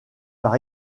par